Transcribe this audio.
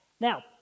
Now